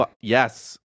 Yes